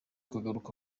kugaruka